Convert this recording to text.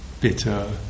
bitter